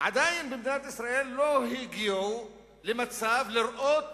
עדיין במדינת ישראל לא הגיעו למצב שבו רואים